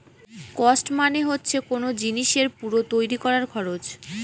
cost মানে হচ্ছে কোন জিনিসের পুরো তৈরী করার খরচ